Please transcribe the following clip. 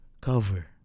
cover